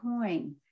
coin